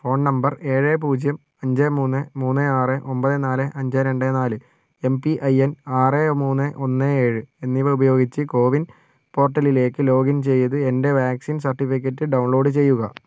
phone number ഏഴ് പൂജ്യം അഞ്ച് മൂന്ന് മൂന്ന് ആറ് ഒൻപത് നാല് അഞ്ച് രണ്ട് നാല് എം പി ഐ എൻ ആറ് മൂന്ന് ഒന്ന് ഏഴ് എന്നിവ ഉപയോഗിച്ച് കോ വിൻ പോർട്ടലിലേക്ക് ലോഗിൻ ചെയ്ത് എന്റെ വാക്സിൻ സർട്ടിഫിക്കറ്റ് ഡൗൺലോഡ് ചെയ്യുക